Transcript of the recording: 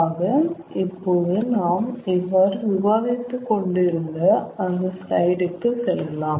ஆக இப்போது நாம் இவ்வாறு விவாதித்து கொண்டு இருந்த அந்த ஸ்லைடு கு செல்லலாம்